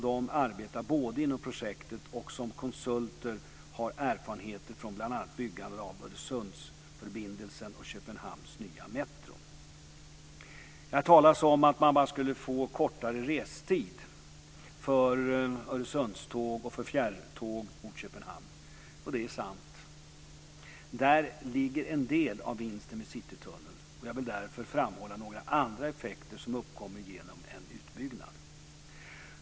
De arbetar både inom projektet och som konsulter och har erfarenheter från bl.a. byggandet av Öresundsförbindelsen och Köpenhamns nya Metro. Det har talats om att man bara skulle få kortare restid för Öresundståg och för fjärrtåg mot Köpenhamn. Det är sant. Där ligger en del av vinsten med Citytunneln. Jag vill därför framhålla några andra effekter som uppkommer genom en utbyggnad.